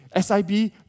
SIB